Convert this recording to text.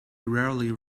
rarely